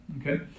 okay